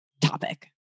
topic